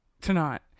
tonight